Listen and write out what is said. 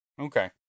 Okay